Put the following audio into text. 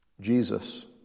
Jesus